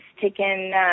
taken